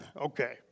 Okay